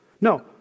No